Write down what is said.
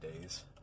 days